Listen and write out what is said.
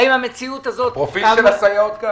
פרופיל של הסייעות.